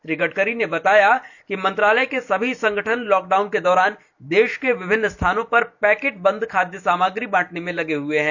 श्री गडकरी ने बताया कि मंत्रालय के सभी संगठन लॉकडाउन के दौरान देश के विभिन्न स्थानों पर पैकेट बंद खाद्य सामग्री बांटने में लगे हुए हैं